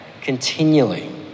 continually